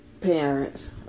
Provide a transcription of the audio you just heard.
parents